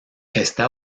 está